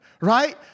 right